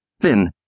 Then